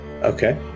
Okay